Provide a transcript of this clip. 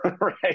right